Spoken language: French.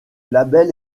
label